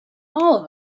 all